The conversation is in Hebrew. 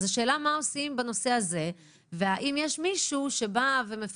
השאלה היא מה עושים בנושא הזה והאם יש מישהו שמפקח.